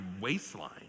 waistline